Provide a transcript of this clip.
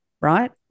right